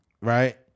Right